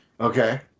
Okay